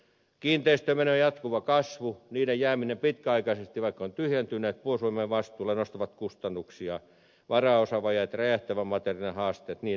kiinteistömenojen jatkuva kasvu kiinteistöjen jääminen pitkäaikaisesti vaikka ovat tyhjentyneet puolustusvoimien vastuulle nostaa kustannuksia varaosavajeet räjähtävän materiaalin haasteet ja niin edelleen